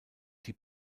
die